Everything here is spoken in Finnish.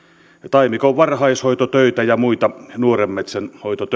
taimikon varhaishoitotöitä ja muita nuoren metsän hoitotöitä